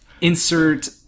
Insert